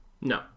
No